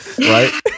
right